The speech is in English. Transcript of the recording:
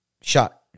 shot